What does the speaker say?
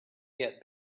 get